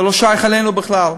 זה לא שייך אלינו בכלל.